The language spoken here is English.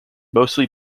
mostly